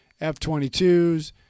F-22s